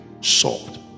solved